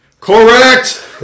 Correct